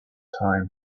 time